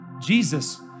Jesus